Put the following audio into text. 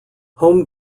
home